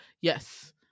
Yes